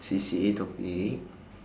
C_C_A topic